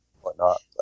whatnot